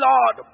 Lord